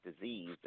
disease